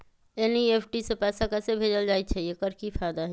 NEFT से पैसा कैसे भेजल जाइछइ? एकर की फायदा हई?